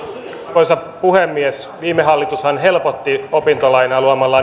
arvoisa puhemies viime hallitushan helpotti opintolainaa luomalla